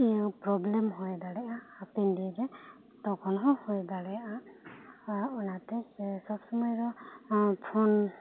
ᱤᱭᱟᱹ ᱯᱨᱚᱵᱞᱮᱢ ᱦᱩᱭ ᱫᱟᱲᱮᱭᱟᱜᱼᱟ ᱦᱟᱯᱮᱱ ᱫᱤᱱ ᱨᱮ ᱛᱚᱠᱷᱚᱱ ᱦᱚᱸ ᱦᱩᱭ ᱫᱟᱲᱮᱭᱟᱜᱼᱟ ᱚᱱᱟᱛᱮ ᱥᱮ ᱥᱚᱵ ᱥᱚᱢᱚᱭ ᱫᱚ ᱯᱷᱳᱱ